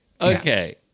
Okay